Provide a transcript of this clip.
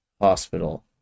Hospital